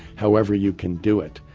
however you can do it.